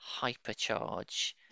hypercharge